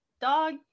dog